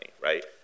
right